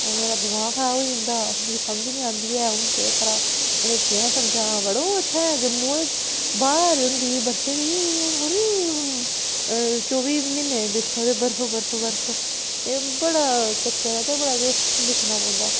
आ मेरा दमाग खराब होई जंदा मिगी समझ निं आंदी ऐ कि अ'ऊं केह् करांऽ इ'नें ई कियां समझांऽ मड़ो इ'त्थें जम्मू बिच बाहर होंदी ऐ बरफ दी इ'यां थोह्ड़ी चौबी म्हीने दिक्खां ते बरफ बरफ बरफ ते बड़ा चक्कर ते बड़ा किश दिक्खना पौंदा